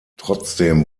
trotzdem